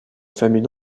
famille